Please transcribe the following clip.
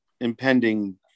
impending